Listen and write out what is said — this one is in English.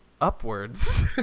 upwards